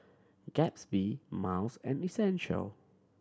Gatsby Miles and Essential